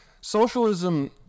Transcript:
socialism